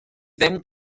ddim